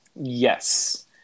Yes